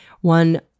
One